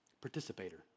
participator